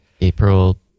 April